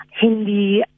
Hindi